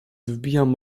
wbijam